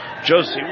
Josie